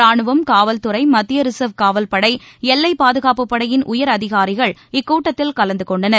ரானுவம் காவல்துறை மத்திய ரிசர்வ் காவல்படை எல்லை பாதுகாப்புப்படையின் உயர் அதிகாரிகள் இக்கூட்டத்தில் கலந்து கொண்டனர்